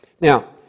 Now